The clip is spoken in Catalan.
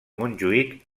montjuïc